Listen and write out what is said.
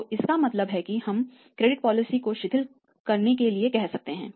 तो इसका मतलब है कि हम क्रेडिट पॉलिसी को शिथिल करने के लिए कह सकते हैं